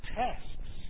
tests